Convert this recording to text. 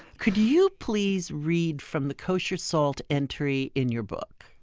could you please read from the kosher salt entry in your book?